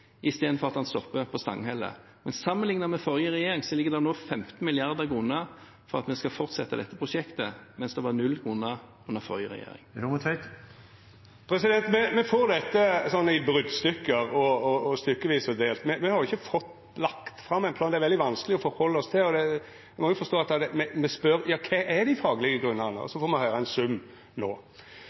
på Stanghelle. Men sammenlignet med forrige regjering ligger det nå 15 mrd. kr for at vi skal fortsette dette prosjektet, mens det var null under forrige regjering. Me får dette i brotstykke, stykkevis og delt – det er jo ikkje lagt fram ein plan. Det er veldig vanskeleg å halda seg til. Ein må jo forstå at me spør: Kva er dei faglege grunnane? Så får me høyra ein sum